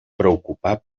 preocupar